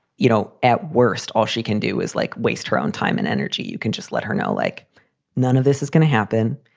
you know, at worst, all she can do is like waste her own time and energy. you can just let her know like none of this is gonna happen.